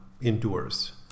endures